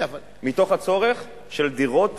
מתוך הצורך הדחוף בדירות,